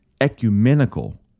ecumenical